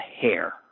hair